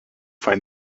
find